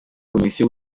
komisiyo